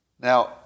Now